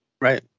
Right